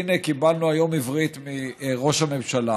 הינה קיבלנו היום עברית מראש הממשלה.